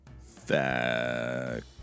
Fact